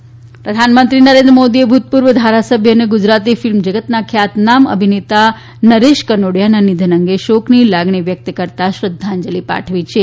નરેશ કનોડિયા નિધન પ્રધાનમંત્રી નરેન્દ્ર મોદી એ ભૂતપૂર્વ ધારાસભ્ય અને ગુજરાતી ફિલમ જગતના ખ્યાતનામ અભિનતા નરેશ કનોડિયા ના નિધન અંગે શોકની લાગણી વ્યક્ત કરતાં શ્રદ્વાંજલિ પાઠવી છે